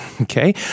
Okay